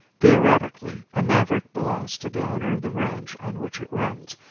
theoretically, a maverick belongs to the owner of the range on which it runs,